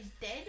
dead